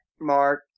mark